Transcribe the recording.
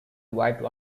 white